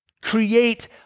create